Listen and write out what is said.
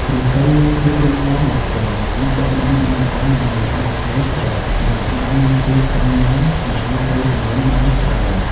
ឫស្សីមានភាពរឹងមាំ និងធន់ អាចបត់បែនបានល្អ មិនងាយបាក់ ឬប្រេះ ខណៈផ្តៅមានភាពតឹងណែន និងអាចទ្រទម្ងន់បានច្រើន។